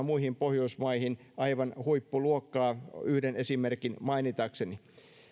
muihin pohjoismaihin verrattuna aivan huippuluokkaa yhden esimerkin mainitakseni